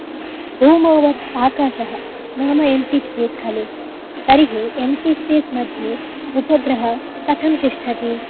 भौमवद् आकाशः नाम एम्टीस्पेस् खलु तर्हि एम्टीस्पेस् मध्ये उपग्रहः कथं तिष्ठति